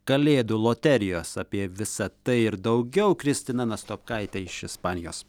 kalėdų loterijos apie visa tai ir daugiau kristina nastopkaitė iš ispanijos